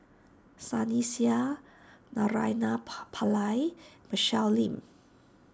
Sunny Sia Naraina Pa Pallai and Michelle Lim